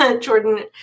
Jordan